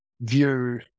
view